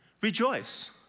Rejoice